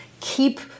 keep